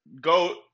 go